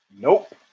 Nope